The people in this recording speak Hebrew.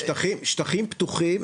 שטחים פתוחים,